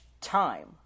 time